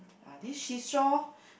are this seesaw